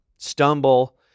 stumble